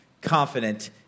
confident